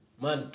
man